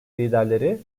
liderleri